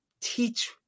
teach